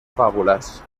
fábulas